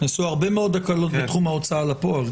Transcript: כן, נעשו הרבה מאוד הקלות בתחום ההוצאה לפועל.